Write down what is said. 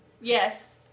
yes